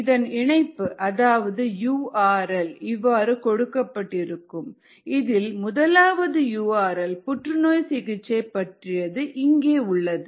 இதன் இணைப்பு அதாவது யூ ஆர் எல் இவ்வாறு கொடுக்கப்பட்டிருக்கும் இதில் முதலாவது யூ ஆர் எல் புற்றுநோய் சிகிச்சை பற்றியது இங்கே உள்ளது